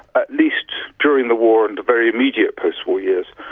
at least during the war and the very immediate post-war years.